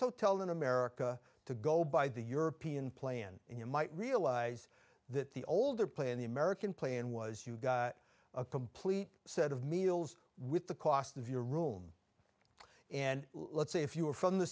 hotel in america to go by the european plan and you might realize that the older plan the american plan was you got a complete set of meals with the cost of your room and let's say if you were from the